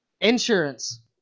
Insurance